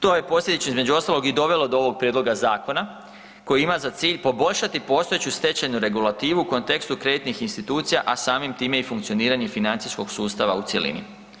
To je posljedično između ostalog i dovelo do ovog prijedloga zakona koji ima za cilj poboljšati postojeću stečajnu regulativu u kontekstu kreditnih institucija, a samim time i funkcioniranje financijskog sustava u cjelini.